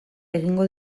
egingo